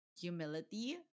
humility